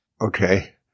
Okay